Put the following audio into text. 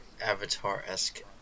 Avatar-esque